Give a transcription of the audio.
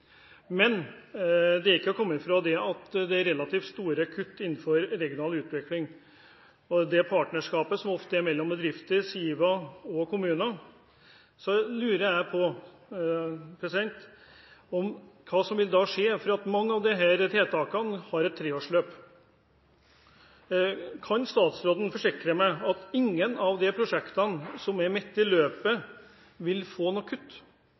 Det er ikke til å komme fra at det er relativt store kutt innenfor regional utvikling. Jeg lurer på hva som vil skje med det partnerskapet som ofte er mellom bedrifter, SIVA og kommuner, fordi mange av disse tiltakene har et treårsløp. Kan statsråden forsikre meg om at ingen av de prosjektene som er midt i løpet, vil få noen kutt?